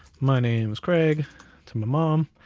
my name is craig to my mom,